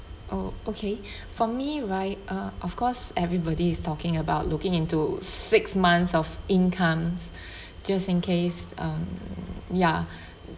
oh okay for me right uh of course everybody is talking about looking into six months of incomes just in case um ya